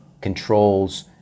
controls